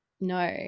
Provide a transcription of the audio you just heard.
no